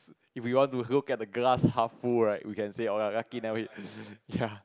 if we want to look at the glass half full right we can say oh ya ya lucky never hit ya